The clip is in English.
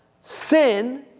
Sin